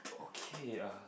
okay uh